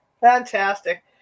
Fantastic